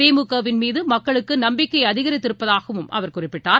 திமுக வின் மீதமக்களுக்குநம்பிக்கைஅதிகரித்திருப்பதாகவும் அவர் குறிப்பிட்டார்